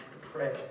pray